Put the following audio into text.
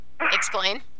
Explain